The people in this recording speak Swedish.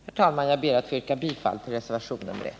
Herr talman! Jag ber att få yrka bifall till reservationen 1.